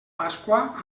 pasqua